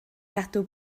gadw